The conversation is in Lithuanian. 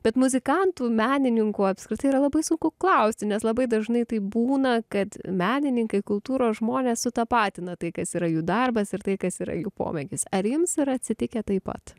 bet muzikantų menininkų apskritai yra labai sunku klausti nes labai dažnai taip būna kad menininkai kultūros žmonės sutapatina tai kas yra jų darbas ir tai kas yra jų poveikis ar jums yra atsitikę taip pat